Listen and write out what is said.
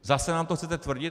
Zase nám to chcete tvrdit?